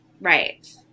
right